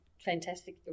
fantastic